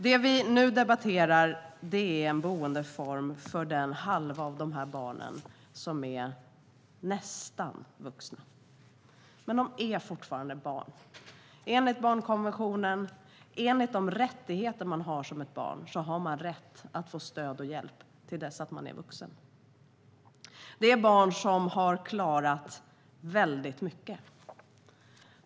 Det vi nu debatterar är en boendeform för den hälft av dessa barn som är nästan vuxna. Men de är fortfarande barn. Enligt barnkonventionen och barns rättigheter har man som barn rätt att få stöd och hjälp till dess att man är vuxen. Detta är barn som har klarat väldigt mycket.